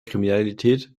kriminalität